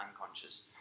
unconscious